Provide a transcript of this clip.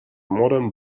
modern